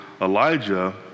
Elijah